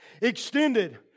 extended